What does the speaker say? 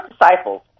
disciples